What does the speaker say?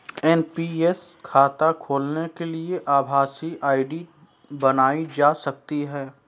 NPS खाता खोलने के लिए आभासी आई.डी बनाई जा सकती है